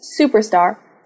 superstar